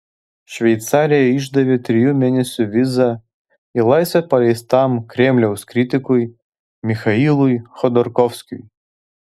šveicarija išdavė trijų mėnesių vizą į laisvę paleistam kremliaus kritikui michailui chodorkovskiui